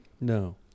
no